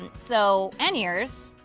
and so and yours,